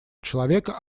человека